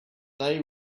they